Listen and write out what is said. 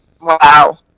Wow